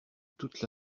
toute